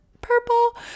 Purple